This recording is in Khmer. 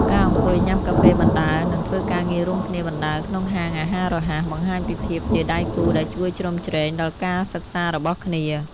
ការអង្គុយញ៉ាំកាហ្វេបណ្ដើរ និងធ្វើការងាររួមគ្នាបណ្ដើរក្នុងហាងអាហាររហ័ស បង្ហាញពីភាពជាដៃគូដែលជួយជ្រោមជ្រែងដល់ការសិក្សារបស់គ្នា។